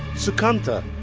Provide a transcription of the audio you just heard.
sukanta!